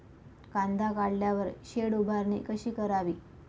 कांदा काढल्यावर शेड उभारणी कशी करावी?